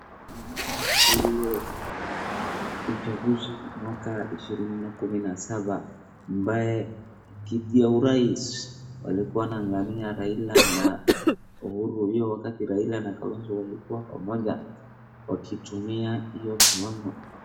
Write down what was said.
Naona ile uchaguzi wa mwaka ishirini na kumi na saba ambaye kiti ya urais walikuwa wanang'ang'ania Raila na Uhuru, hiyo wakati ambaye Raila na Kalonzo walikuwa pamoja, wakitumia hiyo kiwango.